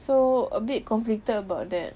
so a bit conflicted about that